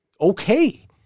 okay